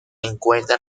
encuentra